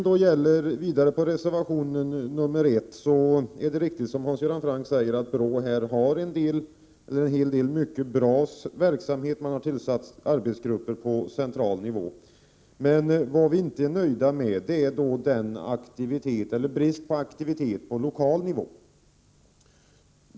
Däremot är det riktigt, som Hans Göran Franck säger, att BRÅ här bedriver en viktig verksamhet; man har bl.a. tillsatt arbetsgrupper på central nivå. Vad vi inte är nöjda med är aktiviteter på lokal nivå — där brister det.